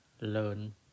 learn